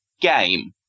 game